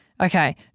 okay